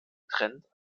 getrennt